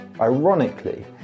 Ironically